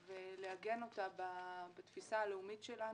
ולעגן אותה בתפיסה הלאומית שלנו,